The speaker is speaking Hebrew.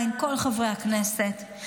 כל חברי הכנסת,